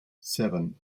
seven